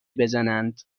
بزنند